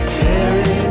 carry